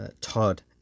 todd